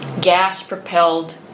gas-propelled